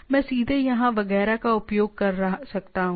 मैं सीधे यहाँ वगैरह का उपयोग कर सकता हूँ